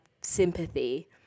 sympathy